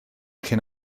cyn